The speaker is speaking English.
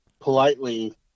politely